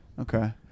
Okay